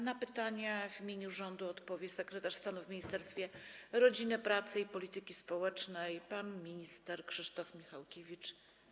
Na pytania odpowie w imieniu rządu sekretarz stanu w Ministerstwie Rodziny, Pracy i Polityki Społecznej pan minister Krzysztof Michałkiewicz.